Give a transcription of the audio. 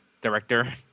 director